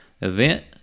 event